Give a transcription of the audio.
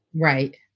Right